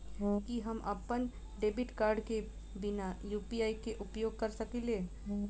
की हम अप्पन debit card केँ बिना यु.पी.आई केँ उपयोग करऽ सकलिये?